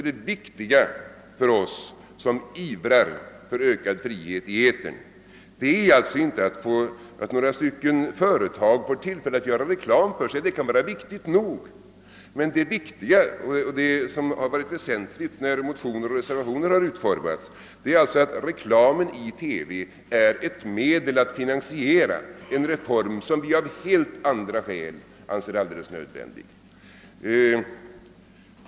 Det viktiga för oss, som ivrar för ökad frihet i etern, är alltså inte att några företag får tillfälle att göra reklam för sig. Det kan vara viktigt nog, men det som har varit väsentligt när motioner och reservationer har utformats är att reklamen i TV är ett medel att finansiera en reform, som vi av helt andra skäl anser alldeles nödvändig.